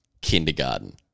kindergarten